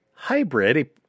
hybrid